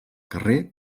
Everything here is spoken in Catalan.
carrer